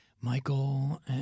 Michael